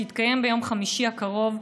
שיתקיים ביום חמישי הקרוב,